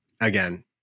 Again